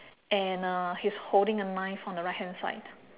and uh he's holding a knife on the right hand side